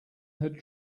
had